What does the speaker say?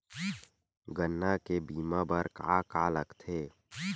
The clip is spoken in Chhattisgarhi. गन्ना के बीमा बर का का लगथे?